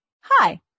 hi